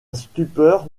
stupeur